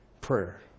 prayer